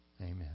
Amen